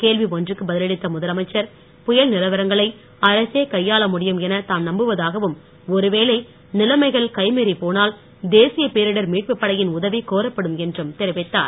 கேள்வி ஒன்றுக்கு பதில் அளித்த முதலமைச்சர் புயல் நிலவரங்களை அரசே கையாள முடியும் என தாம் நம்புவதாகவும் ஒருவேளை நிலைமைகள் கை மீறிப் போனால் தேசிய பேரிடர் மீட்புப் படையின் உதவி கோரப்படும் என்றும் தெரிவித்தார்